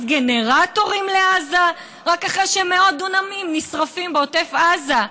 גנרטורים לעזה רק אחרי שמאות דונמים נשרפים בעוטף עזה.